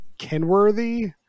Kenworthy